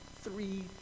three